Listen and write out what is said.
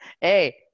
hey